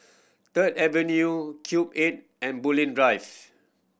Third Avenue Cube Eight and Bulim Drive